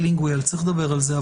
צריך לדבר על זה.